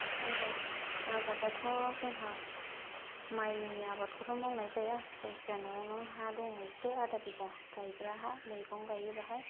आबाद आबादाथ' जोंहा मायनि आबादखौथ' मावनाय जाया जायखिजाया न'आवनो हा दङ इसे आदा बिगा गायग्रा हा मैगं गायो बाहाय